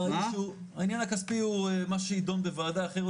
העניין הכספי הוא מה שיידון בוועדה אחרת,